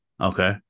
Okay